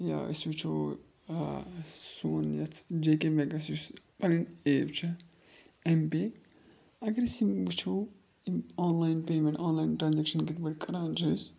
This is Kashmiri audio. یا أسۍ وٕچھو سون یَتھ جے کے بنٛکَس یُس پَنٕنۍ ایپ چھےٚ ایم پے اگر أسۍ یِم وٕچھو یِم online payment online transaction کِتھ پٲٹھۍ کَران چھِ أسۍ